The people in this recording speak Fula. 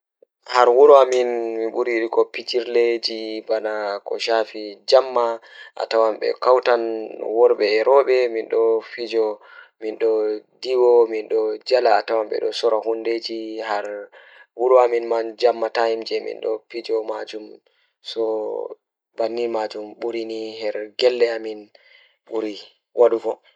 Miɗo yiɗi ngurndanji boɗɗo waɗi e ɓiɓɓe mum ko haako e nyiri. Jeemol ɗum oɗo waɗi haako ngarii, jaɓɓoree ngari e nyiri waɗa e laawol geɗe ɗi. Ko woni haako ɗum ina waɗa haɗa sabu ɗum ina ɗo ngonɗiyaaji. Fura e nunu oɗon waɗi buɓɓe waɗi waɗo fura e laawol non. Himo haɗa laawol e fura tefnude jeemol majje tefnude waɗi saare e nguuraande ɗi.